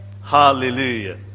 Hallelujah